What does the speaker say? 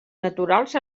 naturals